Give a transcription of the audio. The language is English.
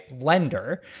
lender